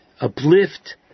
uplift